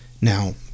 Now